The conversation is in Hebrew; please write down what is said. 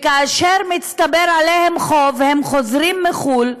כאשר מצטבר להם חוב והם חוזרים מחו"ל,